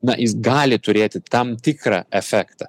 na jis gali turėti tam tikrą efektą